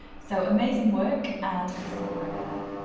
so amazing work, and i'll see you over there.